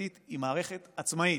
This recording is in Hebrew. המשפטית היא מערכת עצמאית,